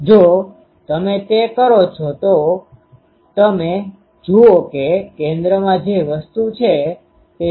જો તમે તે કરો છો તો તમે જુઓ કે કેન્દ્રમાં જે વસ્તુ છે તે Z0 છે